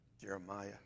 Jeremiah